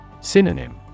Synonym